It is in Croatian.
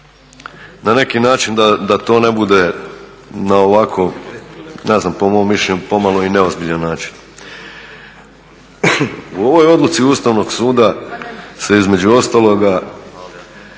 na neki način da to ne bude na ovako, ne znam po mom mišljenju, pomalo i neozbiljan način. U ovoj odluci Ustavnog suda se između ostaloga